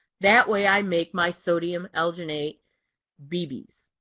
that way i make my sodium alginate bb's.